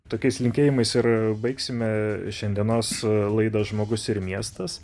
tokiais linkėjimais ir baigsime šiandienos laidą žmogus ir miestas